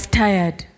tired